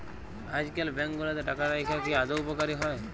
আইজকাল ব্যাংক গুলাতে টাকা রাইখা কি আদৌ উপকারী হ্যয়